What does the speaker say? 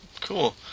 cool